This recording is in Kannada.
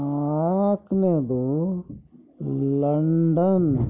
ನಾಲ್ಕನೆದು ಲಂಡನ್